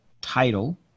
title